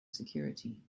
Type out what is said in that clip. security